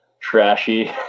trashy